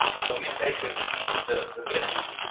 so we've taken the the bitten,